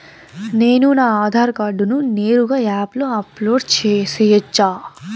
నేను నా ఆధార్ కార్డును నేరుగా యాప్ లో అప్లోడ్ సేయొచ్చా?